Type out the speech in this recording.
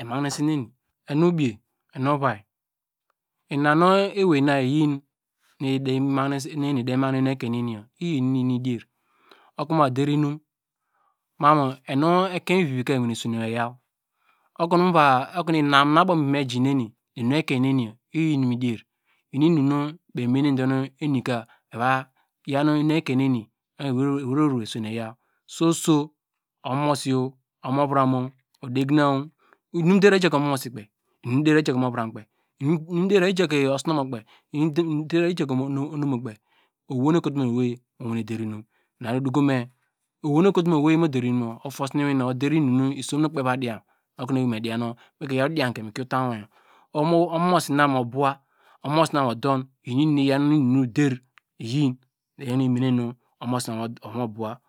Emahinese eni enu obiye enu ovia ina nu ewei na eyein nu emi edeyi mahine enuekein neni iyi inumu iyin idievi oko nu mu va derinum ma mu enu ekein vivi ka esene woyor okonu inam nu abomu iyom eji nemi enu ekeineni ma tubo oweri vro oseneyoy soso omo mosiyor omoviran mo odeyina innderiya ijeke omomosi kpei ijaki omovitam kpei inum deriya ijake osinumo kpei inuderiye ijake onumo kpei owei nu ekotom owei mu wa der inum inam doku me owei nu ekotum owei mu deru inum ofowsene iwinu oder inum nuikpe ba diyan okon ewei me diya nu mikro yaw odianke mi kei utam wor omosi na mu bowa omomosi na odon iyin inum nu iyaw mu iwin inum nu odee iyi iyor nu imenem nu omomosi na ova mu bowa